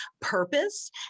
purpose